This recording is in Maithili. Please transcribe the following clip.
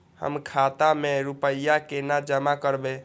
हम खाता में रूपया केना जमा करबे?